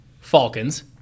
Falcons